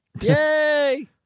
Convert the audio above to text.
Yay